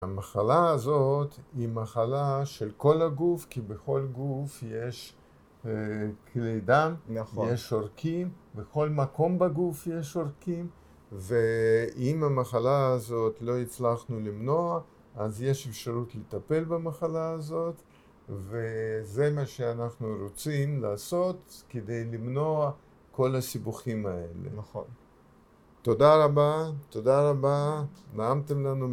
המחלה הזאת היא מחלה של כל הגוף כי בכל גוף יש כלי דם, יש עורקים, בכל מקום בגוף יש עורקים ואם המחלה הזאת לא הצלחנו למנוע אז יש אפשרות לטפל במחלה הזאת וזה מה שאנחנו רוצים לעשות כדי למנוע כל הסיבוכים האלה תודה רבה, תודה רבה נעמתם לנו